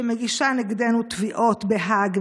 שמגישה נגדנו תביעות בהאג,